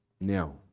Now